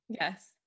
yes